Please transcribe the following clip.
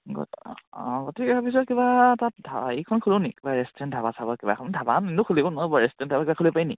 আগত অঁ আগতে ইয়াৰ পিছতে কিবা তাত এইখন খোলো নি কিবা ৰেষ্টুৰেণ্ট ধাবা চাবা কিবা এখন ধাবা খুলিব নহ'ব ৰেষ্টুৰেণ্ট ধাবা এখন কিবা খুলিব পাৰি নি